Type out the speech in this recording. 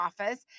office